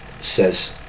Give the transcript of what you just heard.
says